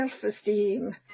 self-esteem